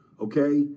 okay